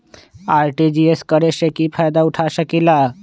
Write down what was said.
RTGS करे से की फायदा उठा सकीला?